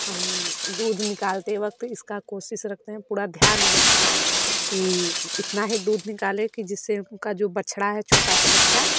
हम दूध निकालते वक्त इसका कोशिश रखते हैं पूरा ध्यान रखते हैं कि इतना ही दूध निकालें कि जिससे उनका जो बछड़ा है छोटा सा बच्चा